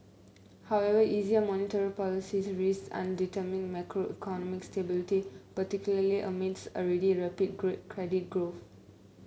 however easier monetary policy risks undermining macroeconomic stability particularly amid already rapid credit growth